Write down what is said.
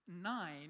nine